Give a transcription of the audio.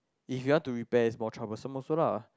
if you want to repair it's more troublesome also lah